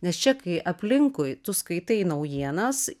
nes čia kai aplinkui tu skaitai naujienas